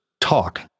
talk